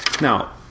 now